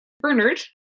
Bernard